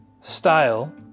style